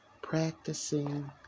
Practicing